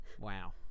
Wow